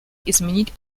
изменить